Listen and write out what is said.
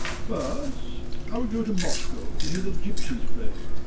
first i would go to moscow to hear the gipsies play,